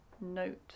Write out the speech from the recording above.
note